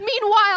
Meanwhile